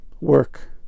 work